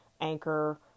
Anchor